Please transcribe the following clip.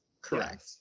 Correct